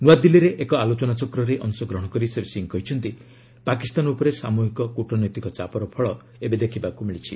ନୂଆଦିଲ୍ଲୀରେ ଏକ ଆଲୋଚନାଚକ୍ରରେ ଅଂଶଗ୍ରହଣ କରି ଶ୍ରୀ ସିଂହ କହିଛନ୍ତି ପାକିସ୍ତାନ ଉପରେ ସାମୁହିକ କ୍ଟନୈତିକ ଚାପର ଫଳ ଦେଖିବାକୁ ମିଳିଛି